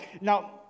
Now